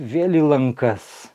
vėl į lankas